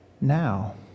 now